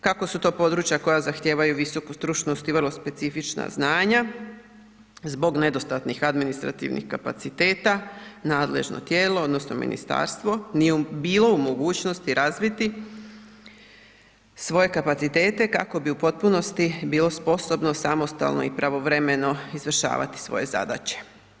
Kako su to područja koja zahtijevaju visoku stručnost i vrlo specifična znanja, zbog nedostatnih administrativnih kapaciteta, nadležno tijelo odnosno ministarstvo nije bilo u mogućnosti razviti svoje kapacitete kako bi u potpunosti bilo sposobno samostalno i pravovremeno izvršavati svoje zadaće.